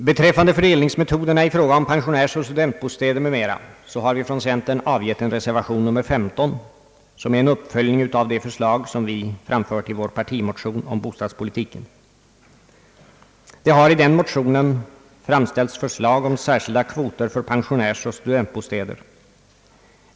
Beträffande fördelningsmetoderna i fråga om pensionärsoch studentbostäder m.m. har vi från centerpartiets sida avgett en reservation nr 15, som är en uppföljning av det i vår partimotion om bostadspolitiken framförda förslaget. I denna motion har förslag framställts om särskilda kvoter för pensionärsoch studentbostäder.